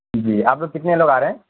جی آپ لوگ کتنے لوگ آ رہے ہیں